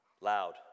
Loud